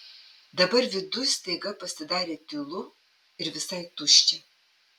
dabar viduj staiga pasidarė tylu ir visai tuščia